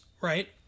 Right